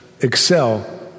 excel